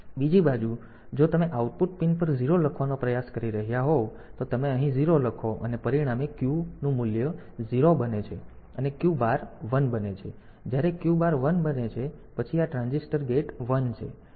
બીજી બાજુ જો તમે આઉટપુટ પિન પર 0 લખવાનો પ્રયાસ કરી રહ્યાં હોવ તો તમે અહીં 0 લખો અને પરિણામે Q મૂલ્ય 0 બને છે અને Q બાર 1 બને છે જ્યારે Q બાર 1 બને છે પછી આ ટ્રાન્ઝિસ્ટર ગેટ 1 છે